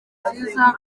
nziza